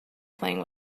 playing